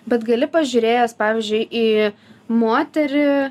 bet gali pažiūrėjęs pavyzdžiui į moterį